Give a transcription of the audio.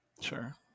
sure